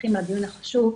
ולנוכחים על הדיון החשוב.